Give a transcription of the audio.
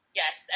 yes